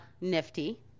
nifty